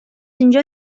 اینجا